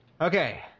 Okay